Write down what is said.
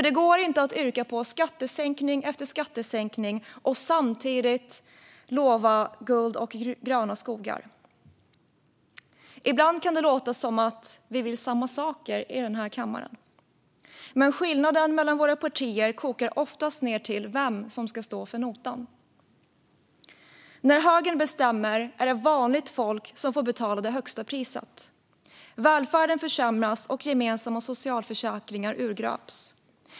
Det går inte att yrka på skattesänkning efter skattesänkning och samtidigt lova guld och gröna skogar. Ibland kan det låta som att vi vill samma sak i den här kammaren, men skillnaden mellan våra partier kokar oftast ned till vem som ska stå för notan. När högern bestämmer är det vanligt folk som får betala det högsta priset. Välfärden försämras och gemensamma socialförsäkringar urgröps.